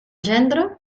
gendre